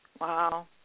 Wow